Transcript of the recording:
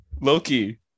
Loki